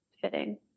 fitting